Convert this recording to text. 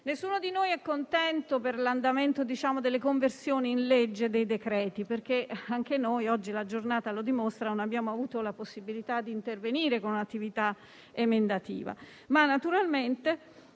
Nessuno di noi è contento per l'andamento delle conversioni in legge dei decreti-legge, perché anche noi oggi - la giornata lo dimostra - non abbiamo avuto la possibilità di intervenire con un'attività emendativa.